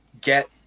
get